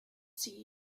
seen